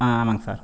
ஆ ஆமாங்க சார்